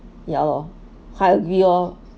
ya lor I agree lor